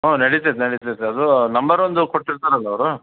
ಊಂ ನಡೀತದೆ ನಡಿತದೆ ಅದು ನಂಬರ್ ಒಂದು ಕೊಟ್ಟಿರ್ತಾರೆ ಅಲ್ಲ ಅವರು